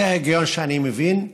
זה ההיגיון שאני מבין.